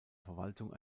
verwaltung